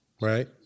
right